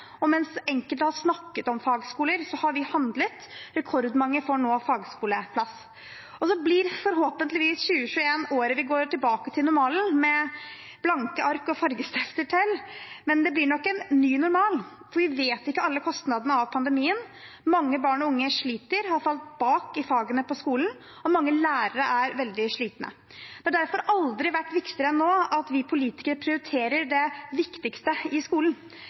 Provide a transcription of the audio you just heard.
og mens enkelte har snakket om fagskoler, har vi handlet: Rekordmange får nå fagskoleplass. 2021 blir forhåpentligvis året vi går tilbake til normalen, «med blanke ark og fargestifter tel». Men det blir nok en ny normal, for vi kjenner ikke alle kostnadene av pandemien. Mange barn og unge sliter og har havnet bakpå i fagene på skolen, og mange lærere er veldig slitne. Det har derfor aldri vært viktigere enn nå at vi politikere prioriterer det viktigste i skolen.